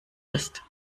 ist